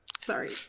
sorry